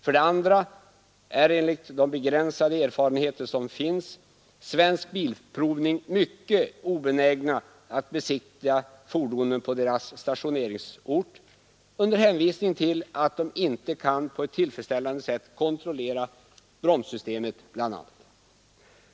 För det andra är, enligt de begränsade erfarenheter som finns, Svensk bilprovning mycket obenägen att besiktiga fordonen på deras stationeringsort med hänvisning till att man inte där på ett tillfredsställande sätt kan kontrollera bl.a. bromssystemet.